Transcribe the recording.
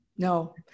No